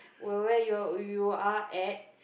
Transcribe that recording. where you you are at